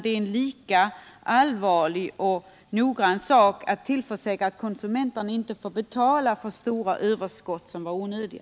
Det är lika allvarligt att noggrant se till att konsumenterna inte får betala för stora överskott som är onödiga.